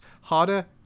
harder